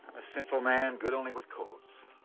a simple man, good only with colts.